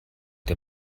der